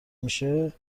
میشه